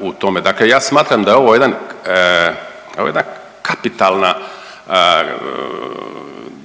u tome. Dakle, ja smatram da je ovo jedan,